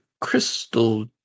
crystal